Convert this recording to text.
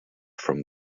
from